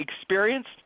experienced